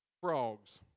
frogs